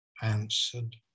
Answered